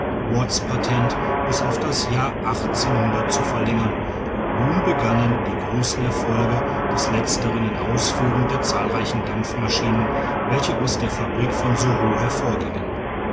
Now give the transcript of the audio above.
watts patent bis auf das jahr zu verlängern und nun begannen die großen erfolge des letzteren in ausführung der zahlreichen dampfmaschinen welche aus der fabrik von soho hervorgingen